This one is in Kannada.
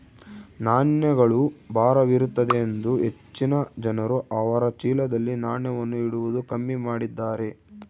ನಾಣ್ಯಗಳು ಭಾರವಿರುತ್ತದೆಯೆಂದು ಹೆಚ್ಚಿನ ಜನರು ಅವರ ಚೀಲದಲ್ಲಿ ನಾಣ್ಯವನ್ನು ಇಡುವುದು ಕಮ್ಮಿ ಮಾಡಿದ್ದಾರೆ